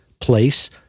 place